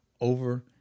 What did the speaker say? over